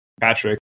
Patrick